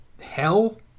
hell